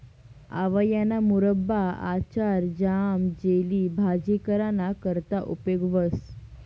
आवयाना मुरब्बा, आचार, ज्याम, जेली, भाजी कराना करता उपेग व्हस